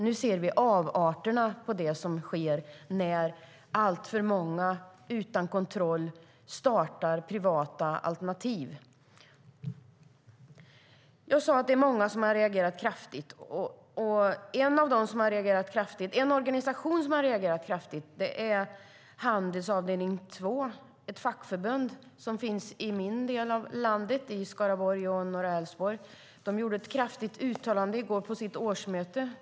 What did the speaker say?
Nu ser vi avarterna av det som sker när alltför många utan kontroll startar privata alternativ. Jag sade att det är många som har reagerat kraftigt. Och en organisation som har reagerat kraftigt är Handels avd. 2, en fackförening som finns i min del av landet, i Skaraborg och norra Älvsborg. De gjorde ett kraftfullt uttalande i går på sitt årsmöte.